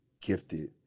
gifted